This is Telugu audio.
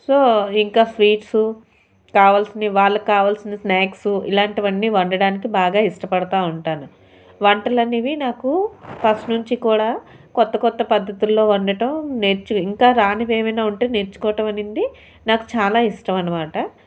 సో ఇంకా స్వీట్సు కావలసినవి వాళ్ళకి కావాలసిన స్నాక్స్ ఇలాంటివన్నీ వండటానికి బాగా ఇష్టపడుతూ ఉంటాను ఉంటాను వంటలనేవి నాకు ఫస్ట్ నుంచి కూడా క్రొత్త క్రొత్త పద్ధతుల్లో వండటం నేర్చు ఇంకా రానివి ఏవైనా ఉంటే నేర్చుకోవటం అనేది నాకు చాలా ఇష్టం అన్నమాట